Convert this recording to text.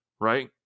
right